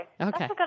Okay